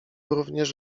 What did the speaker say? również